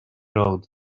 road